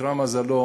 שאיתרע מזלו